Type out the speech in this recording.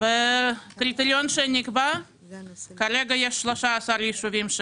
בקריטריון שנקבע יש כרגע 13 יישובים.